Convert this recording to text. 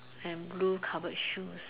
and blue covered shoes